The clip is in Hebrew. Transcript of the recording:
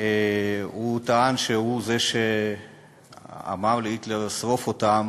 הוא טען שהוא זה שאמר להיטלר: שרוף אותם.